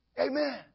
Amen